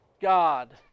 God